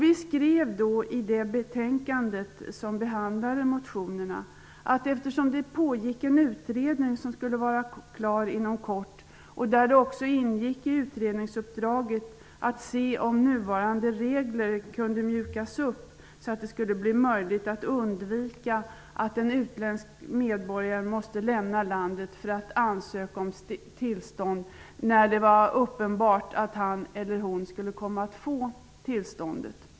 Vi skrev i det betänkande som behandlade motionerna att eftersom en utredning pågick som inom kort skulle vara klar, vilken fått i uppdrag att se om nuvarande regler kunde mjukas upp, skulle det bli möjligt att undvika att en utländsk medborgare måste lämna landet för att ansöka om uppehållstillstånd i de fall det var uppenbart att han eller hon skulle komma att få tillståndet.